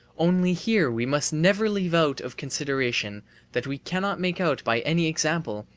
only here we must never leave out of consideration that we cannot make out by any example,